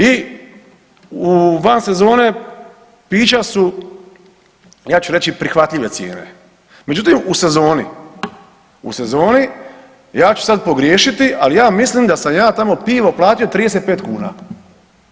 I u van sezone pića su ja ću reći prihvatljive cijene, međutim u sezoni, u sezoni ja ću sad pogriješiti, ali ja mislim da sam ja tamo pivo plati 35 kuna.